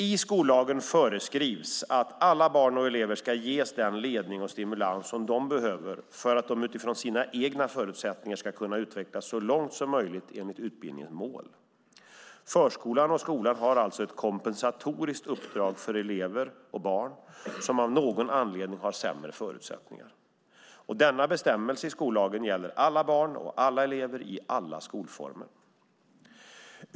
I skollagen föreskrivs att alla barn och elever ska ges den ledning och stimulans som de behöver för att utifrån sina egna förutsättningar kunna utvecklas så långt som möjligt enligt utbildningens mål. Förskolan och skolan har alltså ett kompensatoriskt uppdrag för barn och elever som av någon anledning har sämre förutsättningar. Denna bestämmelse i skollagen gäller alla barn och alla elever i alla skolformer.